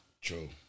True